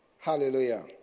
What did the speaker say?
Hallelujah